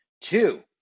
Two